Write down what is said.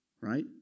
right